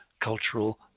Cultural